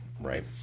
Right